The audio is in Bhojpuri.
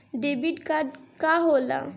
डेबिट कार्ड का होला?